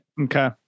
Okay